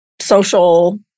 social